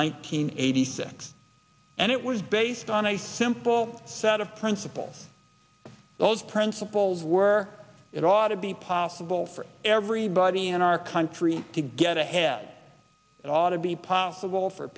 hundred eighty six and it was based on a simple set of principles those principles were it ought to be possible for everybody in our country to get ahead it ought to be possible for